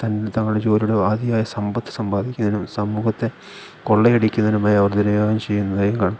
തന്നെ തങ്ങളുടെ ജോലിയിലൂടെ അതിയായ സമ്പത്ത് സമ്പാദിക്കുന്നതിനും സമൂഹത്തെ കൊള്ളയടിക്കുന്നതിനുമായി അവർ വിനിയോഗം ചെയ്യുന്നതായും കാണാം